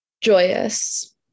Joyous